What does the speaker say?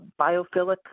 biophilic